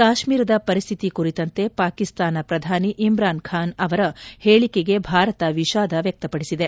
ಕಾಶ್ಮೀರದ ಪರಿಸ್ಹಿತಿ ಕುರಿತಂತೆ ಪಾಕಿಸ್ತಾನ ಪ್ರಧಾನಿ ಇಮ್ರಾನ್ ಖಾನ್ ಅವರ ಹೇಳಿಕೆಗೆ ಭಾರತ ವಿಷಾದ ವ್ಯಕ್ತಪಡಿಸಿದೆ